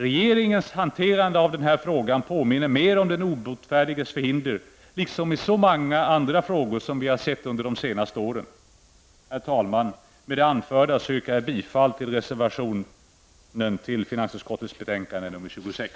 Regeringens hanterande av den här frågan påminner, liksom så många andra frågor under de senaste åren, mer om den obotfärdiges förhinder. Herr talman! Med det anförda yrkar jag bifall till reservationen till finansutskottets betänkande nr 26.